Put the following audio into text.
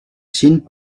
seen